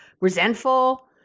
resentful